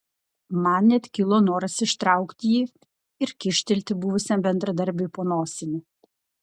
man net kilo noras išsitraukti jį ir kyštelėti buvusiam bendradarbiui po nosimi